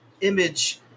image